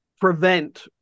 prevent